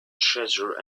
treasure